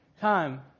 Time